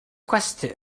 gwesty